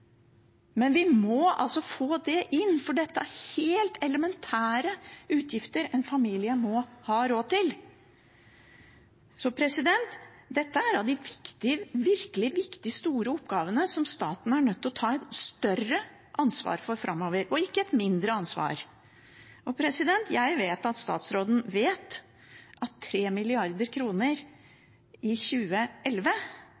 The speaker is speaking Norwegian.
Men vi må få det inn, for dette er helt elementære utgifter en familie må ha råd til. Dette er en av de virkelig viktige, store oppgavene staten er nødt til å ta større ansvar for framover – ikke mindre ansvar. Jeg vet at statsråden vet at